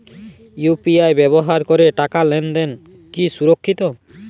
UPI ব্যবহার করে টাকা লেনদেন কি সুরক্ষিত?